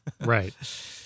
Right